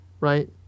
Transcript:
right